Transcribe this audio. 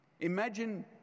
Imagine